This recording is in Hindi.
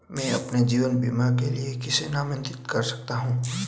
मैं अपने जीवन बीमा के लिए किसे नामित कर सकता हूं?